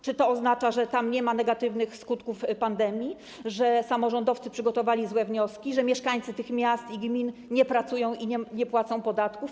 Czy to oznacza, że tam nie ma negatywnych skutków pandemii, że samorządowcy przygotowali złe wnioski, że mieszkańcy tych miast i gmin nie pracują i nie płacą podatków?